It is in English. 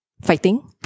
fighting